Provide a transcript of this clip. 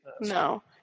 No